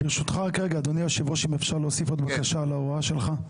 ברשותך רגע אדוני יושב הראש אם אפשר להוסיף עוד בקשה להוראה שלך?